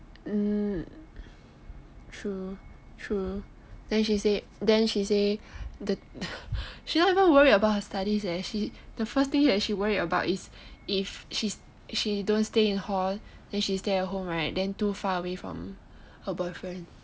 mm true then she say she not even worried about her studies eh the first thing she worried about is if she don't stay in hall she stay at home right too far away from her boyfriend